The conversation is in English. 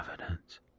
evidence